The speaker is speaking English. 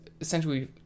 essentially